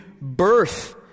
birth